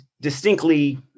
distinctly